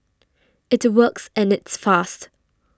it works and it's fast